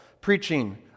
preaching